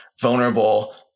vulnerable